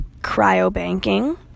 cryobanking